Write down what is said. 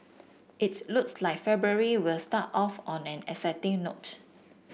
it's looks like February will start off on an exciting note